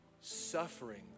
suffering